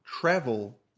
Travel